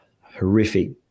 horrific